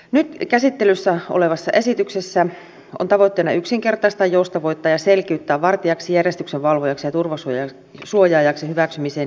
nyt käsittelyssä olevassa esityksessä on tavoitteena yksinkertaistaa joustavoittaa ja selkeyttää vartijaksi järjestyksenvalvojaksi ja turvasuojaajaksi hyväksymiseen liittyviä säännöksiä